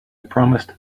promised